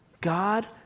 God